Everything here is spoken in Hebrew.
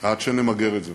עד שנמגר את זה,